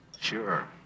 Sure